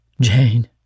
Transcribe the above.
Jane